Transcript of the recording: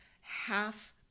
half